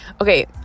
Okay